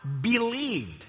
believed